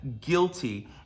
guilty